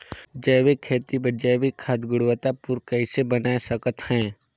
जैविक खेती बर जैविक खाद गुणवत्ता पूर्ण कइसे बनाय सकत हैं?